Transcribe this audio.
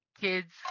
kids